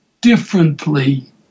differently